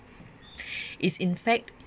is in fact